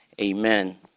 Amen